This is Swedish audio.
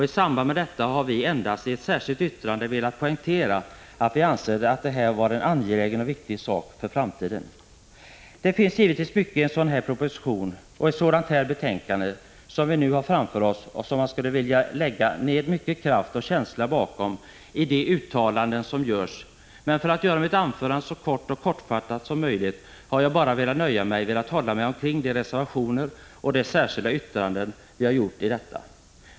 I samband med detta har vi i ett särskilt yttrande velat poängtera att vi anser detta vara en för framtiden angelägen och viktig sak. Det finns givetvis mycket i en proposition och i ett betänkande av det slag som vi nu har framför oss. Man skulle vilja lägga ned mycket mer kraft och känsla bakom de uttalanden som görs, men för att göra mitt anförande så kort som möjligt har jag nöjt mig med att hålla mig till våra reservationer och särskilda yttranden.